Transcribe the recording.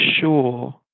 sure